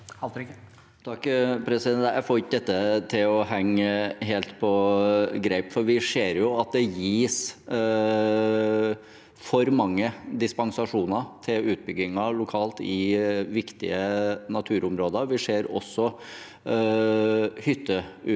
(SV) Jeg får ikke dette til å henge helt på greip, for vi ser jo at det gis for mange dispensasjoner til utbygginger lokalt i viktige naturområder. Vi ser også hytteutbygginger